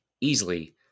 easily